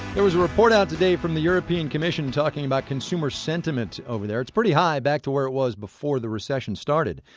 there was a report out today from the european commission talking about consumer sentiment over there. it's pretty high, back to where it was before the recession started.